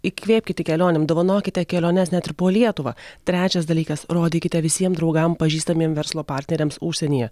įkvėpkit į kelionėm dovanokite keliones net ir po lietuvą trečias dalykas rodykite visiem draugam pažįstamiem verslo partneriams užsienyje